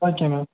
okay ma'am